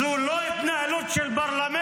זו לא התנהלות של פרלמנט.